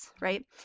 right